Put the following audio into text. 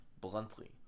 bluntly